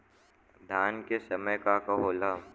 धान के समय का का होला?